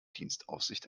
dienstaufsicht